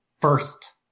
first